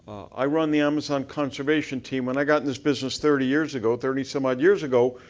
i run the amazon conservation team and i got in this business thirty years ago, thirty some odd years ago,